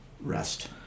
rest